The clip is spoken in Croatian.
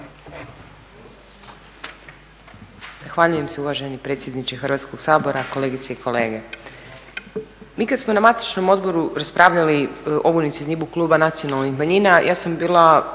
Zahvaljujem se uvaženi predsjedniče Hrvatskoga sabora, kolegice i kolege. Mi kada smo na matičnom odboru raspravljali ovu inicijativu kluba Nacionalnih manjina ja sam bila